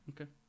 Okay